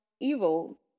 evil